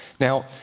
Now